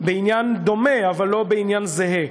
בעניין דומה, אבל לא בעניין זהה: